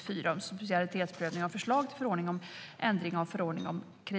Fru talman!